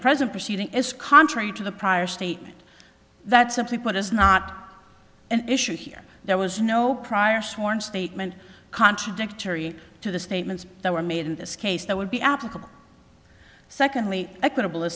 present proceeding is contrary to the prior statement that simply put is not an issue here there was no prior sworn statement contradictory to the statements that were made in this case that would be applicable secondly equitable